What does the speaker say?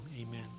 amen